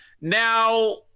Now